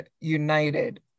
United